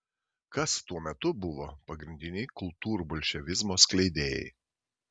kas tuo metu buvo pagrindiniai kultūrbolševizmo skleidėjai